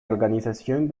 organización